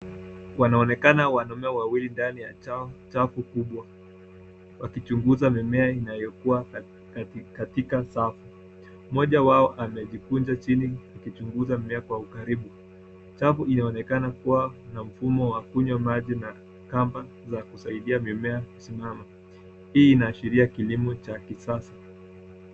Wanaonekana wanaume wawili ndani ya chafu kubwa wakichunguza mimea inayokua katika safu. Mmoja wao amejikunja chini akichunguza mimea kwa ukaribu. Chafu inaonekana kuwa na mfumo wa kunywa maji na kamba za kusaidia mimea kusimama. Hii inaashiria kilimo cha kisasa.